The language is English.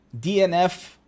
DNF